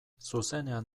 zuzenean